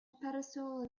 pedestal